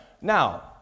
Now